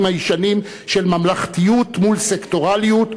הישנים של ממלכתיות מול סקטוריאליות,